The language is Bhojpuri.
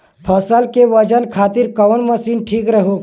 फसल के वजन खातिर कवन मशीन ठीक होखि?